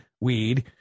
weed